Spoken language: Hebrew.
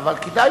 אולי כדאי